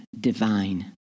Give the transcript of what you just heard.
divine